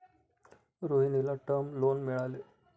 रोहिणीला term loan मिळाले